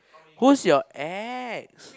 who's your ex